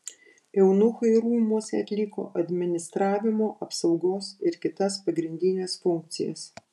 eunuchai rūmuose atliko administravimo apsaugos ir kitas pagrindines funkcijas